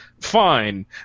Fine